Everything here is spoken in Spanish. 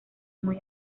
muy